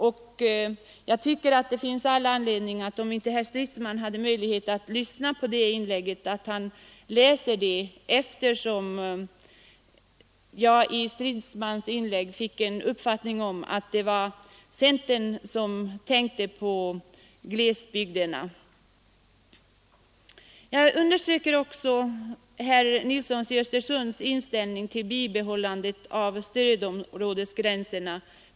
Om herr Stridsman inte hade möjlighet att lyssna på det inlägget, tycker jag att han bör läsa det i protokollet. Av herr Stridsmans inlägg fick jag nämligen det intrycket att det främst är centern som tänker på glesbygderna. Jag vill också understryka herr Nilssons i Östersund inställning till bibehållandet av stödområdesgränserna.